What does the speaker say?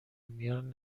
میان